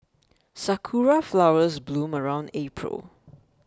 sakura flowers bloom around April